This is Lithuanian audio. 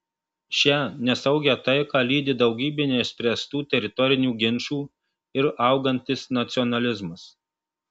šią nesaugią taiką lydi daugybė neišspręstų teritorinių ginčų ir augantis nacionalizmas